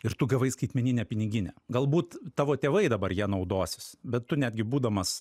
ir tu gavai skaitmeninę piniginę galbūt tavo tėvai dabar ja naudosis bet tu netgi būdamas